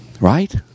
Right